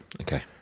Okay